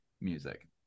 music